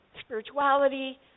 spirituality